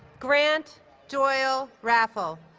grant doyle raffel